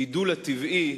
לגידול הטבעי,